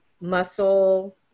muscle